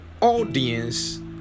audience